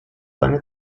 lange